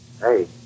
Hey